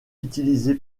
utilisé